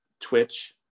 Twitch